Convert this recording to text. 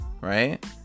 right